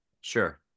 Sure